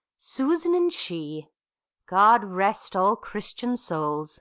susan and she god rest all christian souls